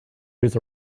hears